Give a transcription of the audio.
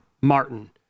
Martin